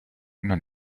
non